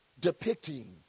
depicting